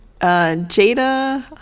Jada